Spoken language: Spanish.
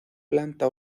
planta